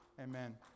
Amen